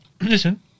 Listen